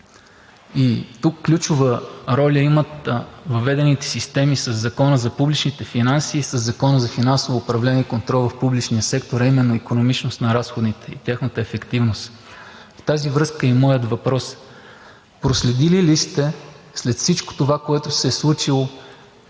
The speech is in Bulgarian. Тук ключова роля имат въведените системи със Закона за публичните финанси и със Закона за финансово управление и контрол в публичния сектор, а именно икономичност на разходите и тяхната ефективност. В тази връзка е и моят въпрос: проследили ли сте след всичко това, което се е случило,